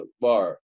bar